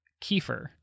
Kiefer